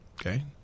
Okay